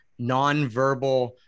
nonverbal